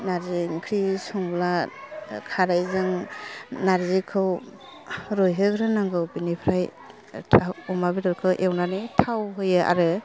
नार्जि ओंख्रि संब्ला खारैजों नार्जिखौ रुयहोगोरनांगौ आमफ्राय अमा बेदरखौ एवनानै थाव होयो आरो